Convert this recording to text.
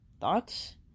thoughts